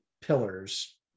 pillars